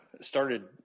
started –